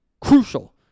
crucial